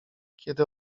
kiedy